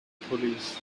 police